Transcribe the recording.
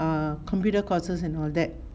err computer courses and all that